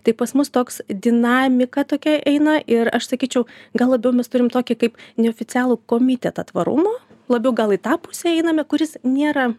tai pas mus toks dinamika tokia eina ir aš sakyčiau gal labiau mes turim tokį kaip neoficialų komitetą tvarumo labiau gal į tą pusę einame kuris nėra